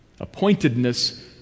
Appointedness